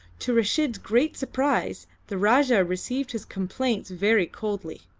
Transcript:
to reshid's great surprise the rajah received his complaints very coldly,